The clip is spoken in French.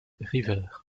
river